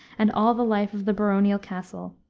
and all the life of the baronial castle,